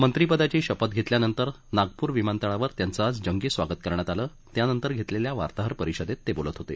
मंत्रीपदाची शपथ घेतल्यानंतर नागपूर विमानतळावर त्यांचं आज जंगी स्वागत करण्यात आलं त्यानंतर घेतलेल्या वार्ताहरपरिषदेत ते बोलत होते